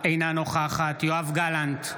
אינה נוכחת יואב גלנט,